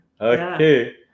okay